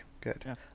good